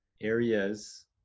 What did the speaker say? areas